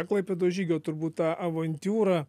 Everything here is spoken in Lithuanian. klaipėdos žygio turbūt tą avantiūrą